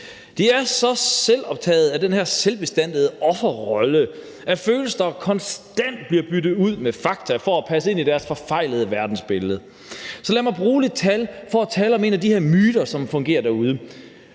De er så selvoptagede af den her selvbestaltede offerrolle, af følelser, der konstant bliver byttet ud med fakta for at passe ind i deres forfejlede verdensbillede. Lad mig så bruge lidt tal for at tale om en af de her myter, som fungerer derude,